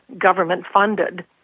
government-funded